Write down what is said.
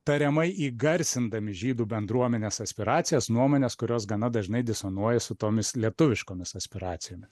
tariamai įgarsindami žydų bendruomenės aspiracijas nuomones kurios gana dažnai disonuoja su tomis lietuviškomis aspiracijomis